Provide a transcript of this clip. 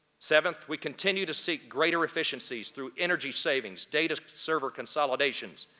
seventh, we continue to seek greater efficiencies through energy savings, data server consolidations,